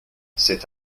cet